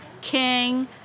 king